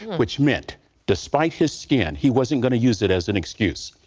which meant despite his skin he wasn't going to use it as an excuse.